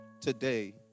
Today